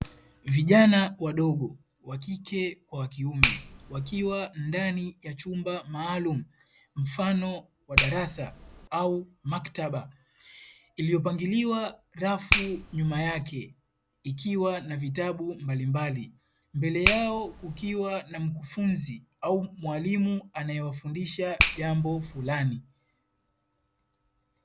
Vijana wadogo wa kike kwa kiume, wakiwa ndani ya chumba maalumu mfano wa darasa au maktaba, iliyopangiliwa rafu nyuma yake ikiwa na vitabu mbalimbali mbele yao kukiwa na mkufunzi au mwalimu anayewafundisha jambo fulani.